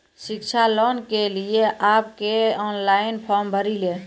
शिक्षा लोन के लिए आप के ऑनलाइन फॉर्म भरी ले?